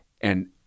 And-